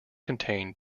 contain